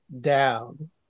down